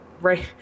right